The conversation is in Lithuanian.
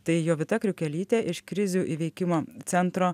tai jovita kriukelytė iš krizių įveikimo centro